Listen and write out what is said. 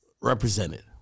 represented